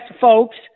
folks